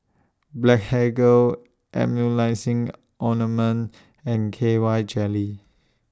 Blephagel Emulsying Ointment and K Y Jelly